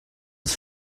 his